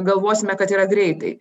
galvosime kad yra greitai